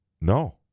No